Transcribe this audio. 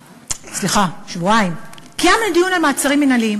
סליחה, שבועיים, קיימנו דיון על מעצרים מינהליים.